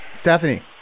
Stephanie